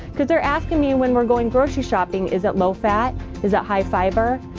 because they're asking me when we're going grocery shopping, is it low fat? is it high fiber?